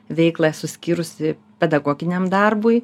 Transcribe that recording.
veiklą esu skyrusi pedagoginiam darbui